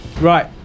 Right